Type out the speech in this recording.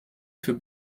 für